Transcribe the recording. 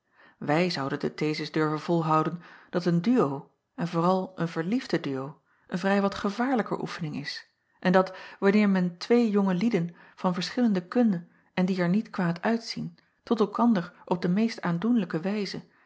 wij zouden de thesis durven volhouden dat een duo en vooral een verliefde duo een vrij wat gevaarlijker oefening is en dat wanneer men twee jonge lieden van verschillende kunne en die acob van ennep laasje evenster delen er niet kwaad uitzien tot elkander op de meest aandoenlijke wijze